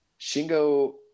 Shingo